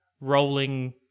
rolling